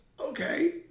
Okay